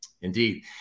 Indeed